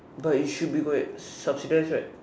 but it should be by subsidized right